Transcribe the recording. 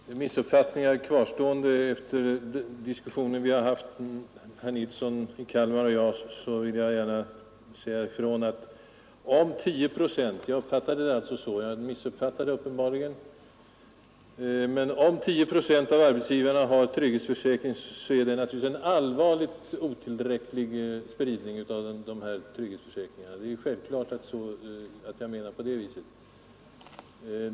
Herr talman! För att det inte skall kvarstå några missuppfattningar efter diskussionen mellan herr Nilsson i Kalmar och mig vill jag gärna säga ifrån att om 10 procent — jag missuppfattade uppenbarligen — av arbetsgivarna har ansvarsförsäkring, så är det naturligtvis en allvarligt otillräcklig spridning av ansvarsförsäkringarna. Det är självklart att jag menar på det viset.